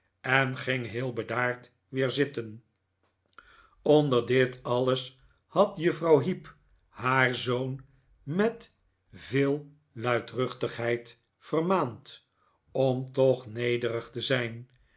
en ging heel bedaard weer zitten onder dit alles had juffrouw heep haar zoon met veel luidruchtigheid vermaand om toch nederig te zijn